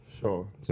Sure